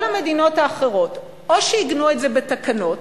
כל המדינות האחרות או שעיגנו את זה בתקנות,